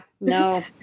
no